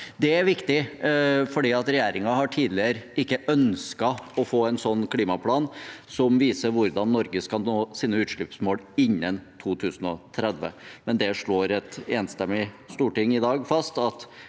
Det er viktig, for regjeringen har tidligere ikke ønsket å få en klimaplan som viser hvordan Norge skal nå sine utslippsmål innen 2030, men det slår et enstemmig storting i dag fast